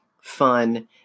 fun